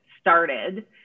started